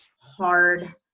hard